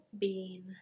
bean